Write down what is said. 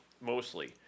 mostly